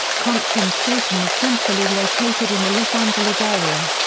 compton station is centrally located in the los angeles area.